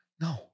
No